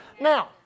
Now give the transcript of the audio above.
Now